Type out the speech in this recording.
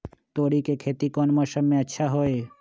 तोड़ी के खेती कौन मौसम में अच्छा होई?